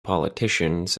politicians